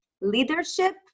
leadership